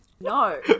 No